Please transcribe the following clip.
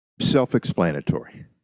self-explanatory